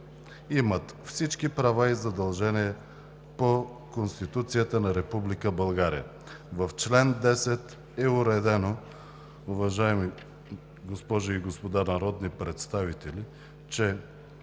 имат всички права и задължения по Конституцията на Република България“. В чл. 10 е уредено, уважаеми госпожи и господа народни представители, че